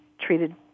treated